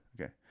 Okay